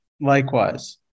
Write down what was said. Likewise